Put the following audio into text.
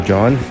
John